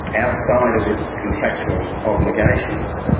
outside of its contractual obligations,